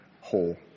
whole